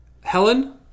Helen